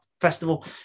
festival